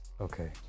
Okay